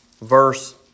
verse